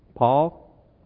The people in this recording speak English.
Paul